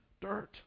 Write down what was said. dirt